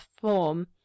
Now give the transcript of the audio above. form